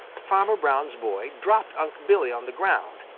farmer brown's boy dropped unc' billy on the ground,